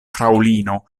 fraŭlino